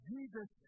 Jesus